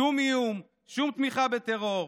שום איום, שום תמיכה בטרור.